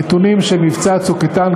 הנתונים של מבצע "צוק איתן",